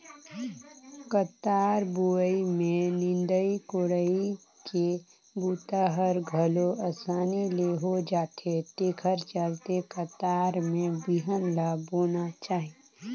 कतार बोवई में निंदई कोड़ई के बूता हर घलो असानी ले हो जाथे तेखर चलते कतार में बिहन ल बोना चाही